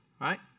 Right